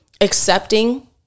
accepting